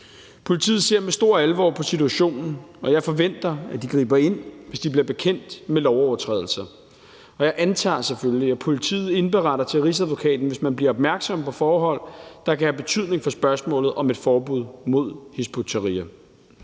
Politiet ser med stor alvor på situationen, og jeg forventer, at de griber ind, hvis de bliver bekendt med lovovertrædelser. Og jeg antager selvfølgelig, at politiet indberetter til Rigsadvokaten, hvis man bliver opmærksom på forhold, der kan have betydning for spørgsmålet om et forbud mod Hizb ut-Tahrir.